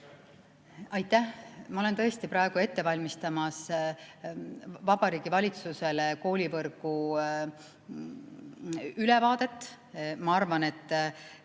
Aitäh! Ma olen tõesti praegu ette valmistamas Vabariigi Valitsusele koolivõrgu ülevaadet. Ma arvan, et